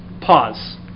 pause